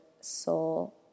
soul